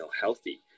healthy